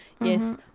Yes